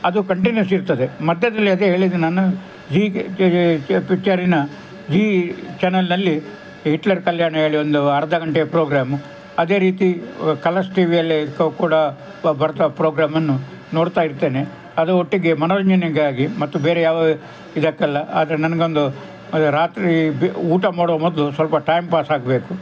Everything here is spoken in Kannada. ಅದು ಕಂಟಿನ್ಯೂಯಸ್ ಇರ್ತದೆ ಮತ್ತದೇ ಅದೇ ಹೇಳಿದೆ ನಾನು ಜೀ ಪಿಚ್ಚರಿನ ಜೀ ಚಾನೆಲಿನಲ್ಲಿ ಹಿಟ್ಲರ್ ಕಲ್ಯಾಣ ಹೇಳಿ ಒಂದು ಅರ್ಧ ಗಂಟೆಯ ಪ್ರೋಗ್ರಾಮು ಅದೇ ರೀತಿ ಕಲರ್ಸ್ ಟಿ ವಿಯಲ್ಲಿ ಕ್ ಕೂಡ ಪ ಬರುವ ಪ್ರೋಗ್ರಾಮನ್ನು ನೋಡುತ್ತಾಯಿರ್ತೇನೆ ಅದು ಒಟ್ಟಿಗೆ ಮನೋರಂಜನೆಗಾಗಿ ಮತ್ತು ಬೇರೆ ಯಾವುದೇ ಇದಕ್ಕಲ್ಲ ಆದರೆ ನನಗೊಂದು ಅದೇ ರಾತ್ರಿ ಬ್ ಊಟ ಮಾಡುವ ಮೊದಲು ಸ್ವಲ್ಪ ಟೈಮ್ ಪಾಸ್ ಆಗಬೇಕು